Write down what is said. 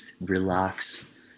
relax